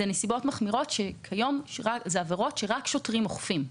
הן עבירות שהיום רק שוטרים אוכפים.